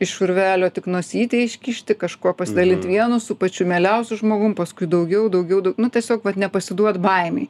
iš urvelio tik nosytę iškišti kažkuo pasidalinti vienu su pačiu mieliausiu žmogum paskui daugiau daugiau dau nu tiesiog vat nepasiduot baimei